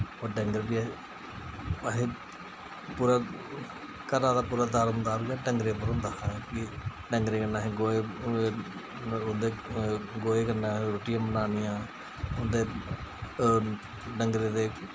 होर डंगर बी असें पूरा घरै दा पूरा दारमदार गै डंगरें पर होंदा हा डंगरें कन्नै असें गोहे गोहे कन्नै असें रुट्टियां बनानियां उं'दे डंगरें दे